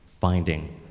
finding